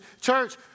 church